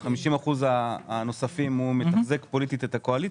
ב-50 האחוזים הנותרים הוא מתחזק פוליטית את הקואליציה,